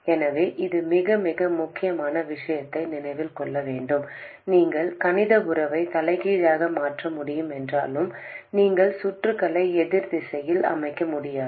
எனவே இது மிக மிக முக்கியமான விஷயத்தை நினைவில் கொள்ள வேண்டும் நீங்கள் கணித உறவைத் தலைகீழாக மாற்ற முடியும் என்றாலும் நீங்கள் சுற்றுகளை எதிர் திசையில் அமைக்க முடியாது